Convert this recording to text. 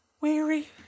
weary